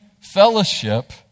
fellowship